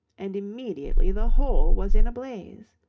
and immediately the whole was in a blaze.